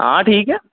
हां ठीक ऐ